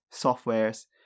softwares